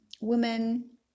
women